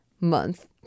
month